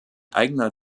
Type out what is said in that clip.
eigener